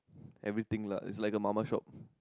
everything lah it's like a mama shop